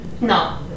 No